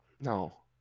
No